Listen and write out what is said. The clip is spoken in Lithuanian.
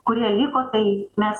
kurie liko tai mes